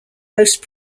most